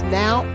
now